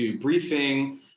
briefing